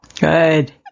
Good